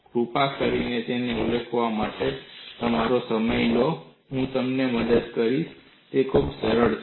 કૃપા કરીને તેને ઉકેલવા માટે તમારો સમય લો પછી હું તમને મદદ કરીશ તે એકદમ સરળ છે